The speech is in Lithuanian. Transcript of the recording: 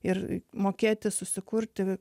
ir mokėti susikurti